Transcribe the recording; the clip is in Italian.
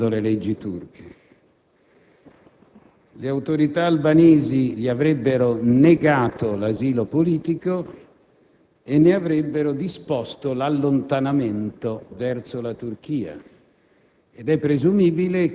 secondo le leggi turche, era disertore. Le autorità albanesi gli avrebbero negato l'asilo politico e ne avrebbero disposto l'allontanamento verso la Turchia